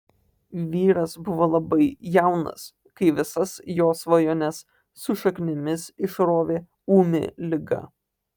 vyras buvo labai jaunas kai visas jo svajones su šaknimis išrovė ūmi liga